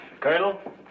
Colonel